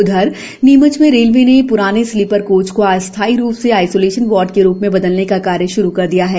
उधर नीमच में रेलवे ने प्राने स्लीपर कोच को अस्थाई रुप से आइसोलेशन वार्ड के रुप में बदलने का कार्य श्रू कर दिया है